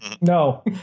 no